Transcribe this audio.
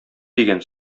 дигән